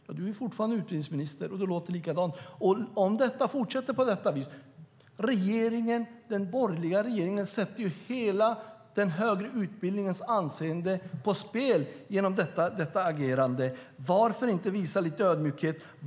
Ja, du är fortfarande utbildningsminister och du låter likadant. Om detta fortsätter på detta vis sätter den borgerliga regeringen hela den högre utbildningens anseende på spel genom detta agerande. Varför inte visa lite ödmjukhet?